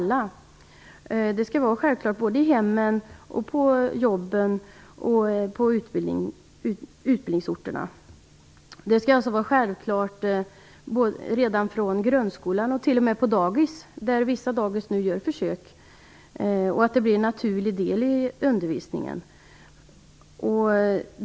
Och det skall vara en självklarhet både i hemmen, på jobben och på utbildningsorterna. Det skall alltså vara en självklarhet redan från grundskolan och t.o.m. på dagis - vissa dagis gör nu försök - så att detta blir en naturlig del i undervisningen.